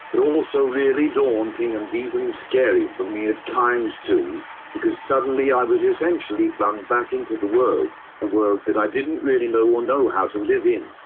but also really daunting and even scary for me at times too because suddenly i was essentially flung back into the world, a world that i didn't really know or know how to live in.